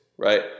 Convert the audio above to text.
right